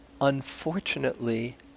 unfortunately